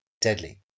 deadly